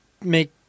make